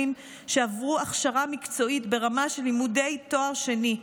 שעברו הכשרה מקצועית ברמה של לימודי תואר שני.